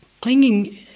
clinging